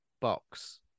box